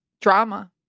drama